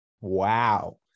Wow